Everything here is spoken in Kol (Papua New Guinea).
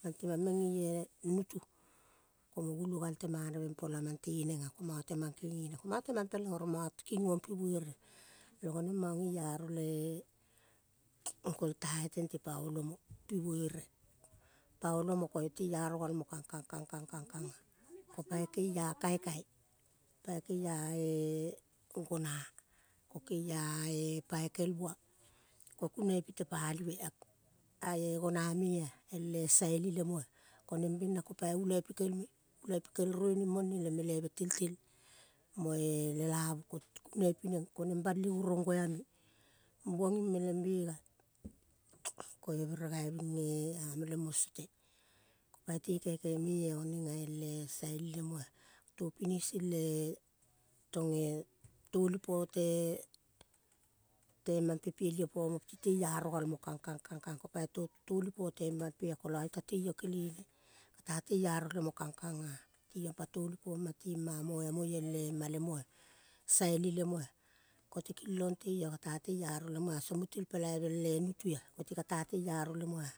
Mang temang meng ngeie nutu. Komo gulo gal te manave mpa la mante nenga ko manga temang kengenea. ko manga temang peleng oro manga kingong pi vere. Long onem mang ngeiaro le golltaie tente pa olomo pi vere. Pa olomo koio teiaro galmo kangkang, kangkang, kangkang. Ko pai keia kaikai. Pai keiae gona. Ko keiae paikel bua ko kunaipi tepalive a-ae gona mea ele saili lemoa. Koneng bena ko pai ulai pikel me. Ulai pikel rueneng mone le meleve teltel moe lelavu koite kunai pineng koneng bali urong goiame. Bua nging meleng bega koe beregai binge ameleng mo sete. Ko pai te kaikai mea onenga ele saili lemoa. To pinisi le tonge toli pote temampe piel io pomo ti teiaro galmo kangkang, kangkang ko pai to toli po temampea kola iota teio kelene. Kata lemo kangkanga. Tiong pai tolipoma tema moiamoi ele ma lemoa. Saili lemoa. Kote kilong teio kata teiaro lemoa song mute el pelaivele nutua koite kata teiaro lemoa.